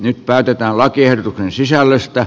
nyt päätetään lakiehdotuksen sisällöstä